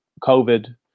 COVID